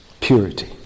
purity